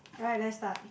alright let's start